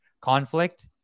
conflict